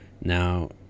now